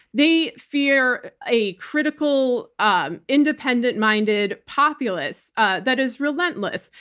they fear a critical, um independent-minded populous ah that is relentless,